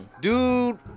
Dude